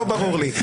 לא ברור לי.